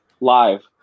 live